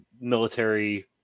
military